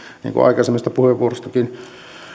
niin kuin aikaisemmista puheenvuoroistakin